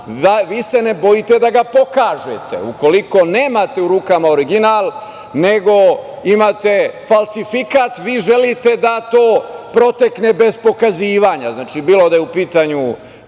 vi se ne bojite da ga pokažete. Ukoliko nemate u rukama original, nego imate falsifikat, vi želite da to protekne bez pokazivanja, bilo da je u pitanju